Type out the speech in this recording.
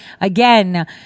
Again